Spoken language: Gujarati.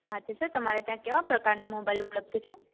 હાં તો સર તમારે ત્યાં કેવા પ્રકારના મોબાઈલ ઉપલબ્ધ છે